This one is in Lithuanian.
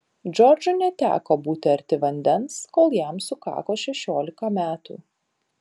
džordžui neteko būti arti vandens kol jam sukako šešiolika metų